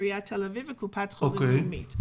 עיריית תל אביב וקופת חולים לאומית.